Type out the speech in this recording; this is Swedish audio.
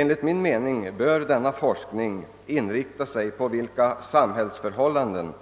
Enligt min mening bör denna forskning inriktas på vilka samhällsförhållanden